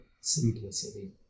simplicity